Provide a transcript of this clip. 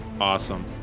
Awesome